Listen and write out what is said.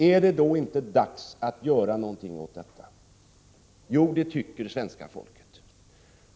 Är det då inte dags att göra någonting åt allt detta? Jo, det tycker svenska folket.